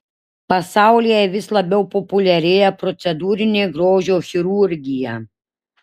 pasaulyje vis labiau populiarėja procedūrinė grožio chirurgija